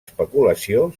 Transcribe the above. especulació